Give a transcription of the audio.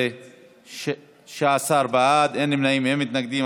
16. 16 בעד, אין נמנעים, אין מתנגדים.